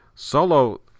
Solo